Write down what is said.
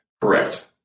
Correct